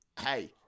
hey